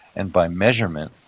and by measurement,